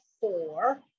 four